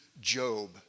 Job